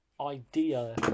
idea